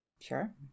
Sure